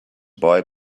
boy